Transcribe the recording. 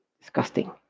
disgusting